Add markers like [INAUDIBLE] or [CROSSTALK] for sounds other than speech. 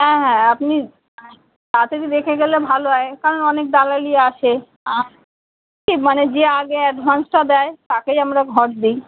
হ্যাঁ হ্যাঁ আপনি তাড়াতাড়ি দেখে গেলে ভালো হয় কারণ অনেক দালালই আসে আর [UNINTELLIGIBLE] মানে যে আগে অ্যাডভান্সটা দেয় তাকেই আমরা ঘর দিই